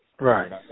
Right